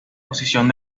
posición